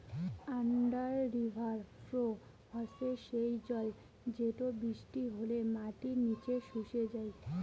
under river flow হসে সেই জল যেটো বৃষ্টি হলে মাটির নিচে শুষে যাই